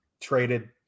traded